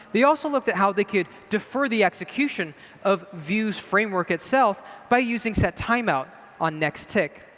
they also looked at how they could defer the execution of vue's framework itself by using settimeout on nexttick.